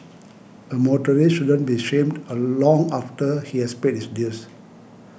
a motorist shouldn't be shamed along after he has paid his dues